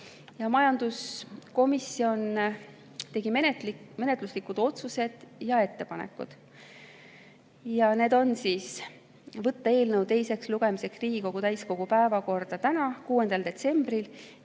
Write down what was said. Majanduskomisjon tegi menetluslikud otsused ja ettepanekud. Need on: võtta eelnõu teiseks lugemiseks Riigikogu täiskogu päevakorda täna, 6. detsembril